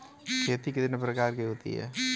खेती कितने प्रकार की होती है?